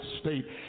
state